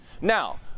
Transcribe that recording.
Now